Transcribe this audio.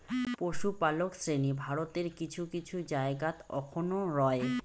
পশুপালক শ্রেণী ভারতের কিছু কিছু জায়গাত অখনও রয়